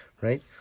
right